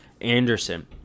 Anderson